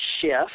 shift